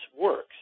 works